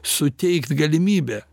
suteikt galimybę